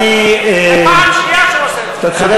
רבותי חברי הכנסת, אדוני היושב-ראש, אתה צודק.